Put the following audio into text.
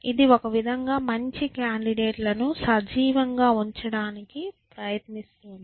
ఇది ఒక విధంగా మంచి కాండిడేట్లను సజీవంగా ఉంచడానికి ప్రయత్నిస్తోంది